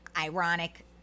ironic